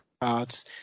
cards